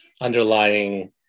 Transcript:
underlying